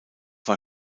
war